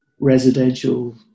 residential